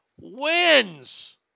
wins